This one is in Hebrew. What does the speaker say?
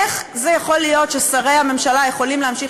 איך זה יכול להיות ששרי הממשלה יכולים להמשיך